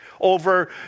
over